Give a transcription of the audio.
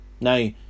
now